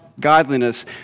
godliness